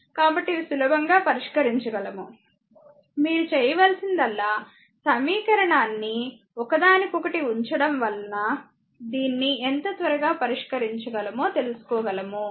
కాబట్టి ఇవి సులభంగా పరిష్కరించగలము మీరు చేయవలసిందల్లా సమీకరణాన్ని ఒకదానికొకటి ఉంచడం వలన దీన్ని ఎంత త్వరగా పరిష్కరించగలమో తెలుసుకోగలము